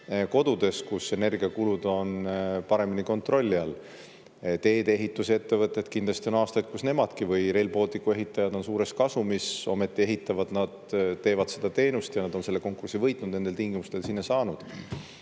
kodudes, kus energiakulud on paremini kontrolli all. Teedeehitusettevõtted, kindlasti on aastaid, kus nemadki, Rail Balticu ehitajad, on suures kasumis, ometi ehitavad nad, teevad seda teenust ja nad on selle konkursi võitnud, nendel tingimustel sinna saanud.